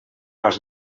als